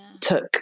took